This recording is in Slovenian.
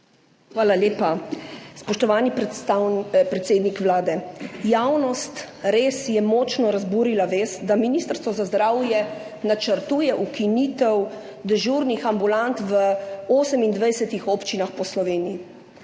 Hvala lepa. Spoštovani predsednik Vlade, javnost je res močno razburila vest, da Ministrstvo za zdravje načrtuje ukinitev dežurnih ambulant v 28 občinah po Sloveniji.